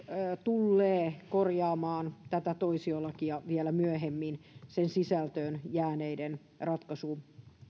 tullee korjaamaan tätä toisiolakia vielä myöhemmin sen sisältöön jääneiden